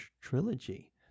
trilogy